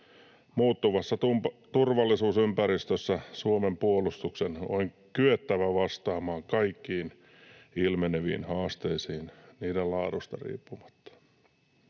Muuttuvassa turvallisuusympäristössä Suomen puolustuksen on kyettävä vastaamaan kaikkiin ilmeneviin haasteisiin niiden laadusta riippumatta.